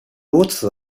如此